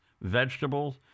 vegetables